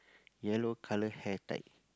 yellow colour hair tie